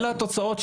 אלה התוצאות.